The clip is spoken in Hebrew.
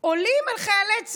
עולים על חיילי צה"ל,